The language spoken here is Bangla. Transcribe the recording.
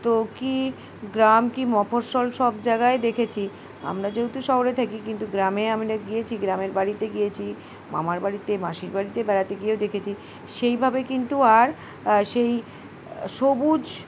তো কী গ্রাম কি মফসসল সব জায়গায় দেখেছি আমরা যেহেতু শহরে থাকি কিন্তু গ্রামে আমরা গিয়েছি গ্রামের বাড়িতে গিয়েছি মামার বাড়িতে মাসির বাড়িতে বেড়াতে গিয়েও দেখেছি সেইভাবে কিন্তু আর সেই সবুজ